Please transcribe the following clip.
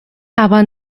aber